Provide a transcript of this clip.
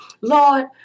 Lord